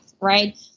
Right